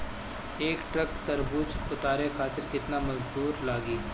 एक ट्रक तरबूजा उतारे खातीर कितना मजदुर लागी?